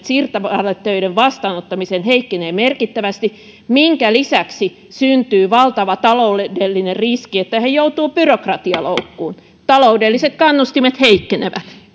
sirpaletöiden vastaanottamiseen heikkenevät merkittävästi minkä lisäksi syntyy valtava taloudellinen riski että he joutuvat byrokratialoukkuun taloudelliset kannustimet heikkenevät